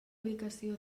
ubicació